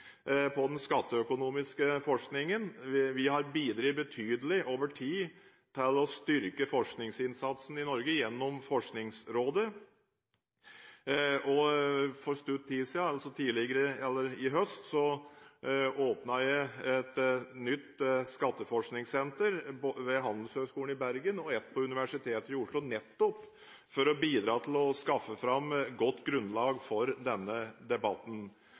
på den skatteøkonomiske forskningen. Vi har bidratt betydelig over tid til å styrke forskningsinnsatsen i Norge gjennom Forskningsrådet. For kort tid siden – i høst – åpnet jeg et nytt skatteforskningssenter ved Handelshøyskolen i Bergen og et på Universitetet i Oslo nettopp for å bidra til å skaffe fram godt grunnlag for denne debatten.